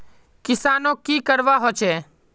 किसानोक की करवा होचे?